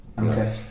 Okay